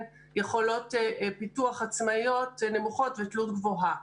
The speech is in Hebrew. יכולות פיתוח עצמאיות נמוכות ותלות גבוהה.